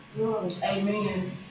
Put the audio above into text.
Amen